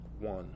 one